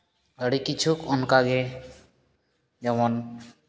ᱟᱹᱰᱤ ᱠᱤᱪᱷᱩ ᱚᱱᱠᱟᱜᱮ ᱡᱮᱢᱚᱱ